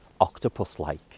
octopus-like